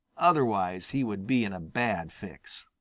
otherwise, he would be in a bad fix.